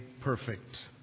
perfect